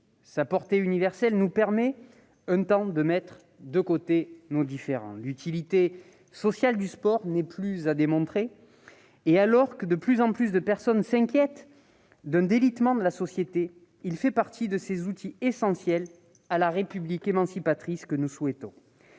Sa portée universelle nous permet, un temps, de mettre de côté nos différends. Son utilité sociale n'est plus à démontrer. Alors que de plus en plus de personnes s'inquiètent d'un délitement de la société, il fait partie de ces outils essentiels à la République émancipatrice que nous souhaitons.